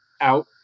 out